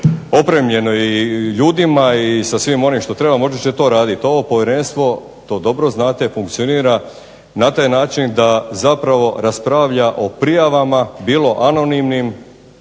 opremljeno i ljudima i sa svim onim što treba možda će to raditi. Ovo povjerenstvo to dobro znate, funkcionira na taj način da zapravo raspravlja o prijavama bilo anonimnim,